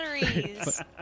batteries